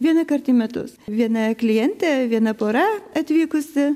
vienąkart į metus viena klientė viena pora atvykusi